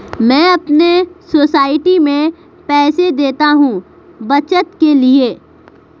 मैं अपने सोसाइटी में पैसे देता हूं बचत के लिए